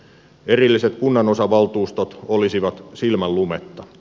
erilliset kunnanosavaltuustot olisivat silmänlumetta